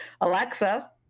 Alexa